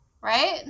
right